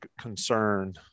concern